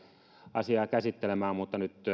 asiaa käsittelemään mutta nyt